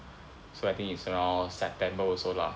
so I think it's around September also lah